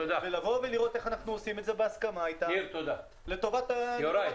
זה לבוא ולראות איך אנחנו עושים את זה בהסכמה איתם לטובת כולם.